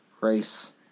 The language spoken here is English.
Race